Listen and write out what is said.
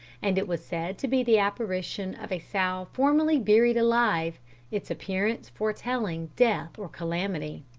and it was said to be the apparition of a sow formerly buried alive its appearance foretelling death or calamity.